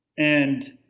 and,